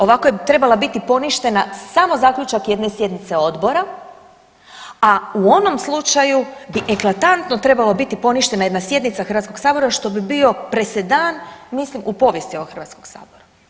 Ovako je trebala biti poništena, samo zaključak jedne sjednice Odbora, a u onom slučaju bi eklatantno trebalo biti poništena jedna sjednice Hrvatskog sabora, što bi bio presedan, mislim u povijesti ovog Hrvatskog sabora.